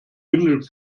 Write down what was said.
bündel